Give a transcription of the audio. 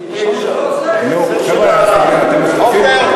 תיקון מס' 199, עפר,